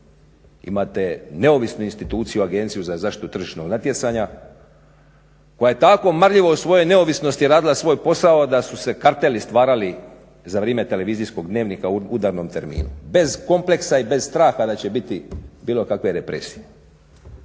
Imate neovisnu instituciju, agenciju za zaštitnu tržišnog natjecanja koja je tako marljivo o svojoj neovisnosti radila svoj posao da su se karteli stvarali za vrijeme televizijskog dnevnika u udarnom terminu bez kompleksa i bez straha da će biti bilo kakve represije.